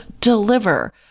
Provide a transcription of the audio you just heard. deliver